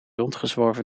rondgezworven